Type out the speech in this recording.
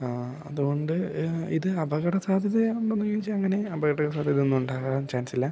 ആ അതു കൊണ്ട് ഇത് അപകട സാധ്യത ഉണ്ടോയെന്ന് ചോദിച്ചാൽ അങ്ങനെ അപകട സാധ്യതയൊന്നുമുണ്ടാകാൻ ചാൻസില്ല